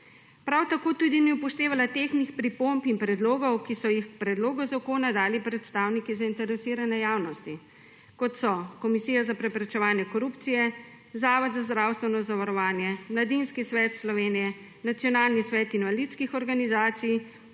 Prav tako tudi ni upoštevala tehtnih pripomb in predlogov, ki so jih k predlogu zakona dali predstavniki zainteresirane javnosti, kot so Komisija za preprečevanje korupcije, Zavod za zdravstveno zavarovanje, Mladinski svet Slovenije, Nacionalni svet invalidskih organizacij,